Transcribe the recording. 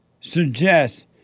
suggest